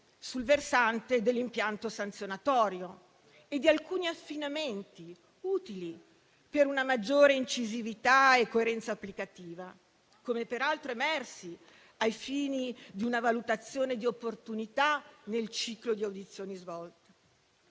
sul versante dell'impianto sanzionatorio e di alcuni affinamenti utili per una maggiore incisività e coerenza applicativa, come peraltro emersi ai fini di una valutazione di opportunità nel ciclo di audizioni svolte,